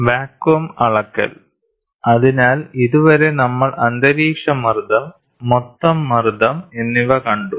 vacuum അളക്കൽ അതിനാൽ ഇതുവരെ നമ്മൾ അന്തരീക്ഷ മർദ്ദം മൊത്തം മർദ്ദം എന്നിവ കണ്ടു